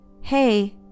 Hey